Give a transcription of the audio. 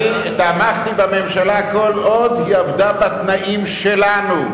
אני תמכתי בממשלה כל עוד היא עבדה בתנאים שלנו.